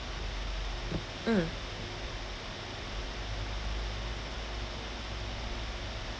mm